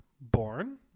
born